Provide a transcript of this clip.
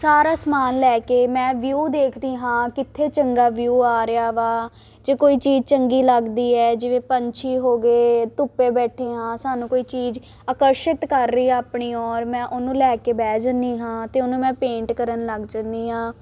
ਸਾਰਾ ਸਮਾਨ ਲੈ ਕੇ ਮੈਂ ਵਿਊ ਦੇਖਦੀ ਹਾਂ ਕਿੱਥੇ ਚੰਗਾ ਵਿਊ ਆ ਰਿਹਾ ਵਾ ਜੇ ਕੋਈ ਚੀਜ਼ ਚੰਗੀ ਲੱਗਦੀ ਹੈ ਜਿਵੇਂ ਪੰਛੀ ਹੋ ਗਏ ਧੁੱਪੇ ਬੈਠੇ ਹਾਂ ਸਾਨੂੰ ਕੋਈ ਚੀਜ਼ ਆਕਰਸ਼ਿਤ ਕਰ ਰਹੀ ਆ ਆਪਣੀ ਔਰ ਮੈਂ ਉਹਨੂੰ ਲੈ ਕੇ ਬਹਿ ਜਾਦੀ ਹਾਂ ਅਤੇ ਉਹਨੂੰ ਮੈਂ ਪੇਂਟ ਕਰਨ ਲੱਗ ਜਾਦੀ ਹਾਂ